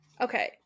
okay